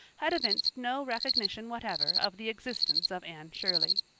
had evinced no recognition whatever of the existence of anne shirley.